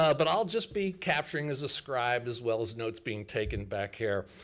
ah but i'll just be capturing as a scribe as well as notes being taken back here.